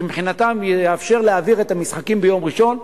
כי מבחינתם זה יאפשר להעביר את המשחקים ליום ראשון,